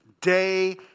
day